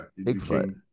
Bigfoot